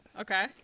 Okay